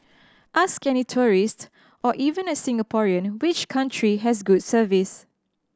ask any tourist or even a Singaporean which country has good service